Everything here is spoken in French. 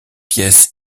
pièces